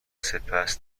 سپس